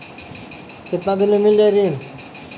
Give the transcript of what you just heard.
कितना दिन में मील जाई ऋण?